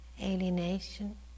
alienation